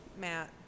Matt